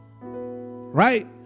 Right